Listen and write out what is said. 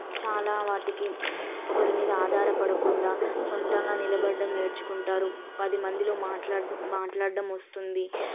చాలా వాటికి ఒకరి మీద ఆధారపడకుండా సొంతంగా నిలబడ్డం నేర్చుకుంటారు పదిమందిలో మాట్లా మాట్లాడం వస్తుంది